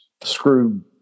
Screw